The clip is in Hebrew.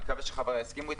ואני מקווה שחבריי יסכימו איתי,